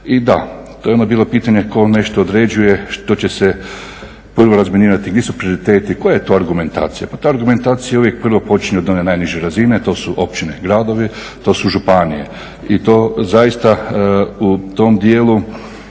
I da, to je bilo ono pitanje tko nešto određuje što će se prvo razminirati, gdje su prioriteti? Koja je to argumentacija? Pa ta argumentacija uvijek prva počinje od one najniže razine to su općine, gradovi, to su županije. I u tom dijelu